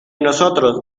nosotros